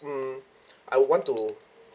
mm I want to